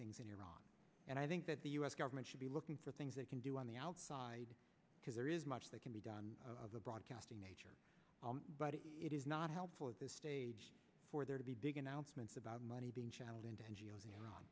things in iran and i think that the u s government should be looking for things they can do on the outside because there is much that can be done of the broadcasting nature but it is not helpful at this stage for there to be big announcements about money being channeled into n g o s you know